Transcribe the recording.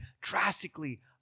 drastically